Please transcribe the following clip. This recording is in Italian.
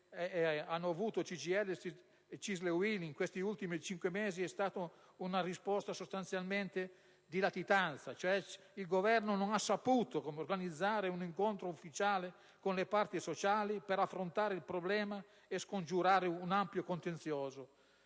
hanno avuto queste sigle sindacali in questi ultimi cinque mesi è stata sostanzialmente di latitanza. Il Governo infatti non ha saputo organizzare un incontro ufficiale con le parti sociali per affrontare il problema e scongiurare un ampio contenzioso